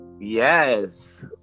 Yes